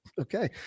Okay